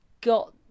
got